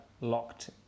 locked